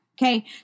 Okay